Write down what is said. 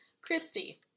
Christy